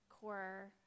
core